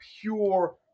pure